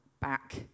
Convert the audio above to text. back